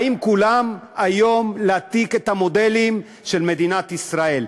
באים כולם היום להעתיק את המודלים של מדינת ישראל.